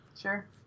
Sure